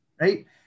right